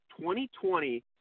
2020